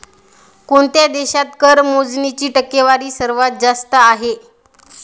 कोणत्या देशात कर मोजणीची टक्केवारी सर्वात जास्त आहे?